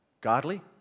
Godly